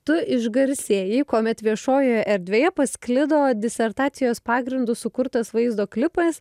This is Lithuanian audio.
tu išgarsėjai kuomet viešojoje erdvėje pasklido disertacijos pagrindu sukurtas vaizdo klipas